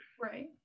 Right